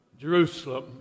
Jerusalem